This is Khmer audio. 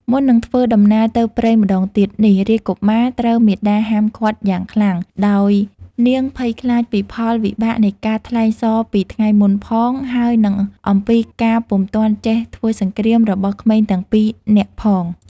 មុននឹងធ្វើដំណើរទៅព្រៃម្តងទៀតនេះ រាជកុមារត្រូវមាតាហាមឃាត់យ៉ាងខ្លាំង ដោយនាងភ័យខ្លាចពីផលវិបាកនៃការថ្លែងសរពីថ្ងៃមុនផង ហើយនិងអំពីការពុំទាន់ចេះធ្វើសង្គ្រាម របស់ក្មេងទាំងពីរនាក់ផង។